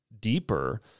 deeper